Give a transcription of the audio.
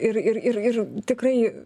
ir ir ir tikrai